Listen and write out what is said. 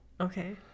Okay